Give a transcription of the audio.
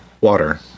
water